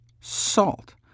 salt